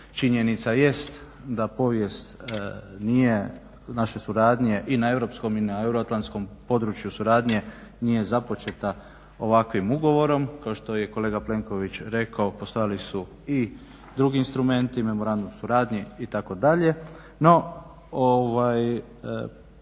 Činjenica jeste da povijest nije naše suradnje i na europskom i na euroatlantskom području suradnje nije započeta ovakvim ugovorom. Kao što je kolega Plenković rekao postojali su i drugi instrumenti i memorandum suradnje itd.,